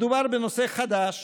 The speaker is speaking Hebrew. מדובר בנושא חדש